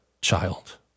child